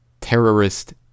terrorist